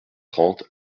trente